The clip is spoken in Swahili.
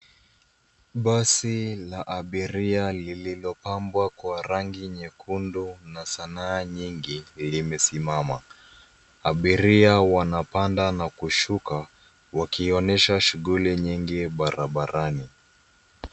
Basi la abiria lililopambwa kwa rangi nyekundu na sanaa nyingi limesimama abiria wanapanda na kushuka wakionyesha shughuli nyingi barabarani.